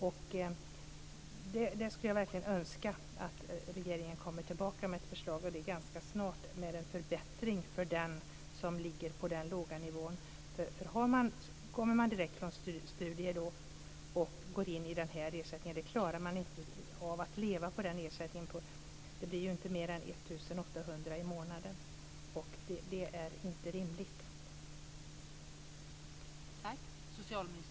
Jag skulle verkligen önska att regeringen kommer tillbaka med ett förslag till förbättring för den som ligger på den låga nivån, och det ganska snart. Man klarar inte av att leva på den ersättningen som man får om man kommer direkt från studier. Det blir ju inte mer än 1 800 kr i månaden. Det är inte rimligt.